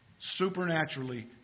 supernaturally